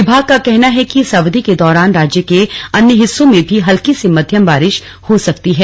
विभाग का कहना है कि इस अवधि के दौरान राज्य के अन्य हिस्सों में भी हल्की से मध्यम बारिश हो सकती है